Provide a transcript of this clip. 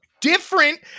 different